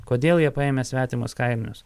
kodėl ją paėmęs svetimus kailinius